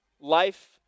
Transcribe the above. life